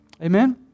Amen